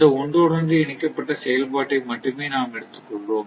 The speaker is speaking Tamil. இந்த ஒன்றோடொன்று இணைக்கப்பட்ட செயல்பாட்டை மட்டுமே நாம் எடுத்து கொள்வோம்